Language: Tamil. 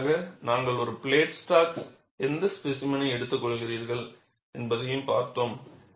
இறுதியாக நாங்கள் ஒரு பிளேட் ஸ்டாக் எந்த ஸ்பேசிமென்யை எடுத்துக்கொள்கிறீர்கள் என்பதையும் பார்த்தோம்